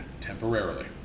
temporarily